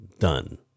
Done